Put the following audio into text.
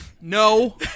No